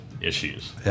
issues